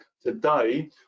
Today